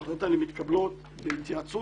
וההחלטות האלה מתקבלות בהתייעצות